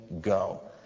go